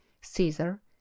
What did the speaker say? caesar